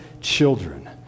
children